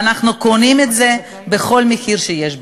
ואנחנו קונים את זה בכל מחיר שיש בפנים,